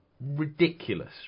Ridiculous